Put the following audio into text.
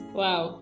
wow